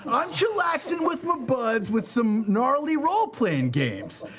i'm chillaxing with my buds with some gnarly roleplaying games.